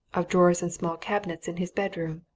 of drawers and small cabinets in his bedroom.